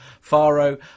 faro